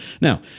Now